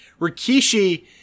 Rikishi